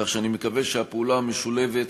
כך שאני מקווה שהפעולה המשולבת,